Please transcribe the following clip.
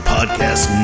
Podcast